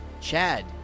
Chad